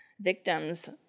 victims